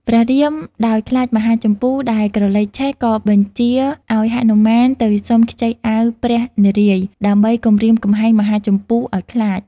ព្រះរាម ដោយខ្លាចមហាជម្ពូ ដែលក្រលេកឆេះ ក៏បញ្ជាឱ្យហនុមានទៅសុំខ្ចីអាវព្រះនារាយណ៍ ដើម្បីគំរាមកំហែងមហាជម្ពូ ឱ្យខ្លាច។